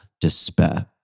despair